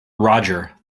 roger